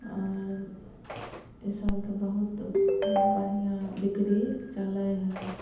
आओर इसबके बहुत बढ़िऑं बिक्री चलै हइ